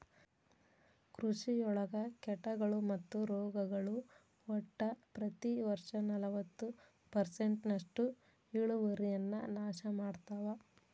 ಕೃಷಿಯೊಳಗ ಕೇಟಗಳು ಮತ್ತು ರೋಗಗಳು ಒಟ್ಟ ಪ್ರತಿ ವರ್ಷನಲವತ್ತು ಪರ್ಸೆಂಟ್ನಷ್ಟು ಇಳುವರಿಯನ್ನ ನಾಶ ಮಾಡ್ತಾವ